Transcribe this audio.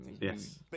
Yes